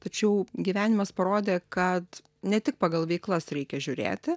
tačiau gyvenimas parodė kad ne tik pagal veiklas reikia žiūrėti